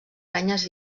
canyes